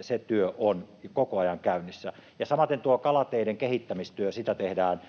Se työ on koko ajan käynnissä. Ja samaten tuota kalateiden kehittämistyötä tehdään